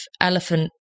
elephant